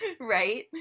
Right